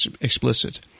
explicit